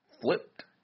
flipped